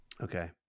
Okay